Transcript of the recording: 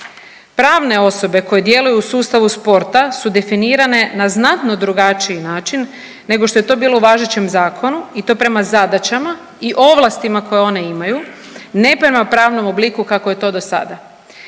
Pravne osobe koje djeluju u sustavu sporta su definirane na znatno drugačiji način nego što je to bilo u važećem zakonu i to prema zadaćama i ovlastima koje oni imaju ne prema pravnom obliku kako je to do sada.